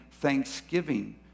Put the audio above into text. thanksgiving